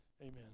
amen